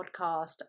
podcast